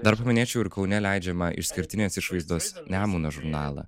dar paminėčiau ir kaune leidžiamą išskirtinės išvaizdos nemuno žurnalą